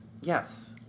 Yes